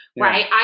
right